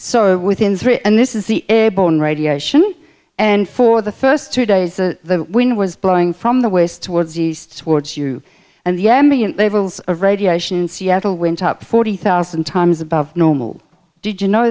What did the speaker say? so within three and this is the airborne radiation and for the first two days the wind was blowing from the west towards east towards you and the ambient they were of radiation in seattle went up forty thousand times above normal did you know